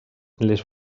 les